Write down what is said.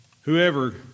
Whoever